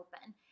open